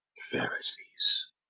Pharisees